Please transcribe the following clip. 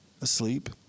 asleep